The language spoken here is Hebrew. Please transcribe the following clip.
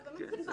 האגרות על החייב.